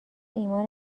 ایمان